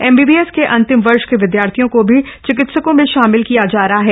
MBBS के अंतिम वर्ष के विद्यार्थियों को भी चिकित्सकों में शामिल किया जा रहा है